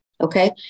Okay